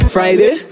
Friday